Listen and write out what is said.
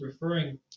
referring